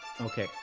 Okay